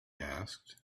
asked